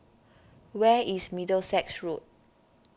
where is Middlesex Road